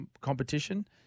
competition